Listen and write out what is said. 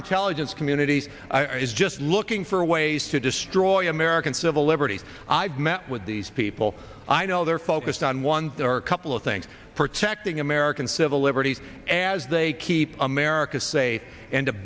intelligence communities is just looking for ways to destroy american civil liberties i've met with these people i know they're focused on one there are a couple of things protecting american civil liberties as they keep america safe and to